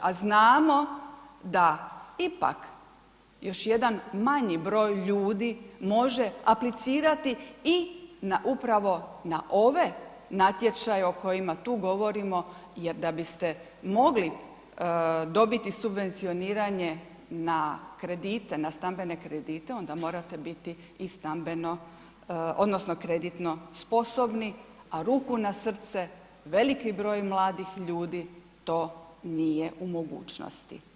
A znamo da ipak još jedan manji broj ljudi može aplicirati i na upravo na ove natječaje o kojima tu govorimo jer da biste mogli dobiti subvencioniranje na kredite, na stambene kredite, onda morate biti i stambeno, odnosno kreditno sposobni, a ruku na srce, veliki broj mladih ljudi to nije u mogućnosti.